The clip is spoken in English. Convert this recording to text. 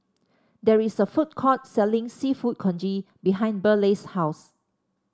there is a food court selling seafood congee behind Burleigh's house